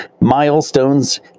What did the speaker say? milestones